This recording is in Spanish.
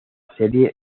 serie